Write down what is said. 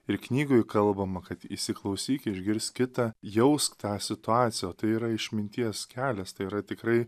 ir knygoj kalbama kad įsiklausyk išgirs kitą jausk tą situaciją tai yra išminties kelias tai yra tikrai